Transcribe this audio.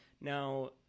Now